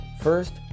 First